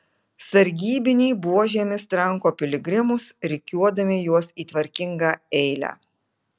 sargybiniai buožėmis tranko piligrimus rikiuodami juos į tvarkingą eilę